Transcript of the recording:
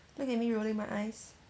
look at me rolling my eyes